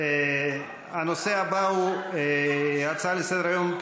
הנושא הבא הוא הצעה לסדר-היום מס'